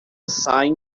saem